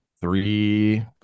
three